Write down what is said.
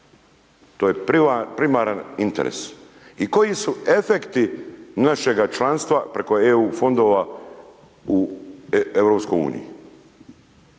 To je primaran interes i koji su efekti našega članstva preko EU fondova u EU.